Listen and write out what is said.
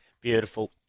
beautiful